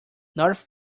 north